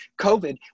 COVID